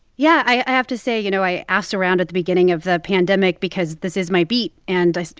yeah. i have to say, you know, i asked around at the beginning of the pandemic because this is my beat. and i, so